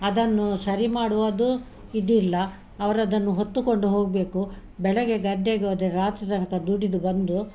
ಅದನ್ನು ಸರಿ ಮಾಡ್ವೋದು ಇದಿಲ್ಲ ಅವರದನ್ನು ಹೊತ್ತುಕೊಂಡು ಹೋಗಬೇಕು ಬೆಳಗ್ಗೆ ಗದ್ದೆಗೋದೆ ರಾತ್ರಿ ತನಕ ದುಡಿದು ಬಂದು